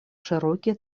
широкие